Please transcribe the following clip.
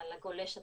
הגולש הצעיר.